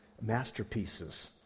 masterpieces